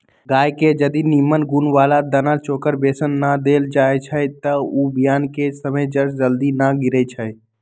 गाय के जदी निम्मन गुण बला दना चोकर बेसन न देल जाइ छइ तऽ बियान कें समय जर जल्दी न गिरइ छइ